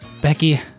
Becky